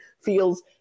feels